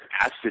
acid